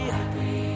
happy